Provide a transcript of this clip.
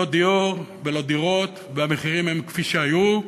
לא דיור ולא דירות, והמחירים הם כפי שהיו.